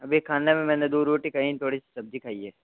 अभी खाने में मैंने दो रोटी खाई है थोड़ी सी सब्ज़ी खाई है